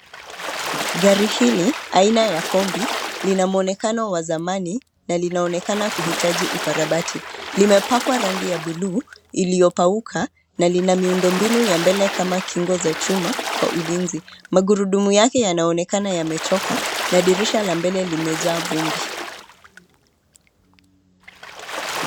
Gari hili aina ya Kombi lina mwonekano wa zamani na linaonekana kuhitaji ukarabati. Limepakwa rangi ya buluu iliyo pauka na lina miundo mbinu ya mbele kama kingo za chuma kwa ulinzi. Magurudumu yake yanaonekana yamechoka na dirisha la mbele limejaa vumbi.